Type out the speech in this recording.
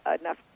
enough